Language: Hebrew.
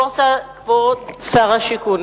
כבוד שר השיכון,